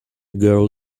girl